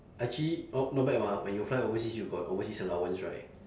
actually o~ not bad mah when you fly overseas you got overseas allowance right